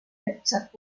except